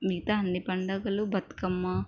మిగతా అన్ని పండగలూ బతుకమ్మ